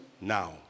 now